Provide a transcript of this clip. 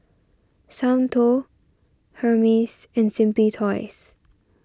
Soundteoh Hermes and Simply Toys